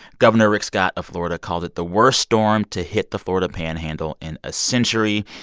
governor rick scott of florida called it the worst storm to hit the florida panhandle in a century.